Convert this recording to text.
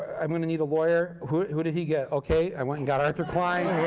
i'm going to need a lawyer. who who did he get? okay, i went and got arthur klein